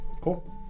Cool